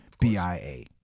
B-I-A